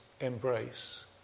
embrace